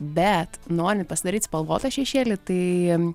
bet norint pasidaryt spalvotą šešėlį tai